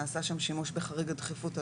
נעשה שם שימוש בחריג הדחיפות,